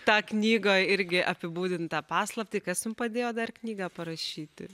tą knygą irgi apibūdint tą paslaptį kas jum padėjo dar knygą parašyti